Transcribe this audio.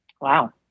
Wow